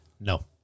No